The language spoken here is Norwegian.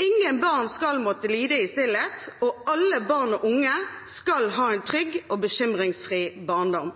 Ingen barn skal måtte lide i stillhet, og alle barn og unge skal ha en trygg og bekymringsfri barndom.